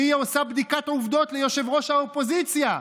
והיא עושה בדיקת עובדות לראש האופוזיציה.